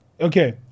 okay